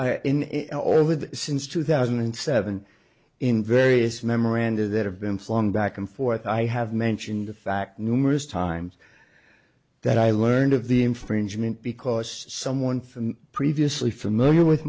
the since two thousand and seven in various memoranda that have been flung back and forth i have mentioned the fact numerous times that i learned of the infringement because someone from previously familiar with